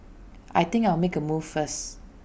I think I'll make A move first